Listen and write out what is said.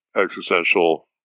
existential